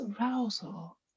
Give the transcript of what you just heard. arousal